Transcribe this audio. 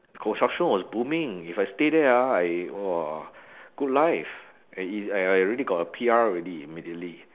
construction was booming if I stay there ah I !wah! good life and I I already got a P_R already immediately